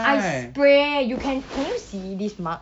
I spray you can can you see this mark